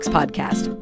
Podcast